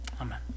Amen